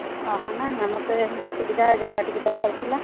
ଓହୋ ନାଁ ନାଁ ମୋତେ ଏମିତି କା ସୁବିଧା ଜାଗା ଟିକେ ଦରକାର ଥିଲା